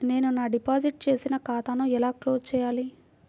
నేను నా డిపాజిట్ చేసిన ఖాతాను ఎలా క్లోజ్ చేయాలి?